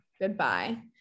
Goodbye